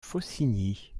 faucigny